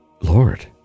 Lord